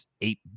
eight